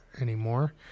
anymore